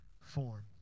form